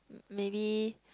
maybe